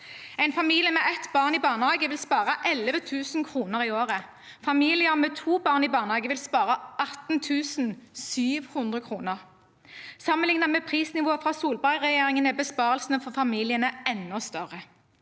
En familie med ett barn i barnehage vil spare 11 000 kr i året. Familier med to barn i barnehage vil spare 18 700 kr. Sammenlignet med prisnivået fra Solberg-regjeringen er besparelsene for familiene enda større.